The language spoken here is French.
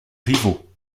rivaux